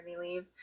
leave